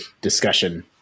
discussion